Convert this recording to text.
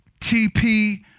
TP